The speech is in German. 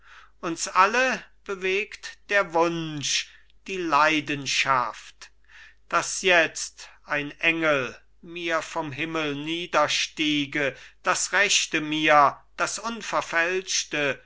uns alle bewegt der wunsch die leidenschaft daß jetzt ein engel mir vom himmel niederstiege das rechte mir das unverfälschte